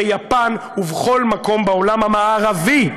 ביפן ובכל מקום בעולם המערבי.